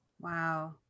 Wow